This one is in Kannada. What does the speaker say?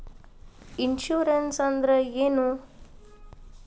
ಇನ್ಶೂರೆನ್ಸ್ ಅಂದ್ರ ಏನು?